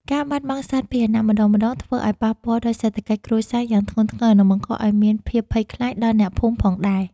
ការបាត់បង់សត្វពាហនៈម្តងៗធ្វើឱ្យប៉ះពាល់ដល់សេដ្ឋកិច្ចគ្រួសារយ៉ាងធ្ងន់ធ្ងរ និងបង្កឱ្យមានភាពភ័យខ្លាចដល់អ្នកភូមិផងដែរ។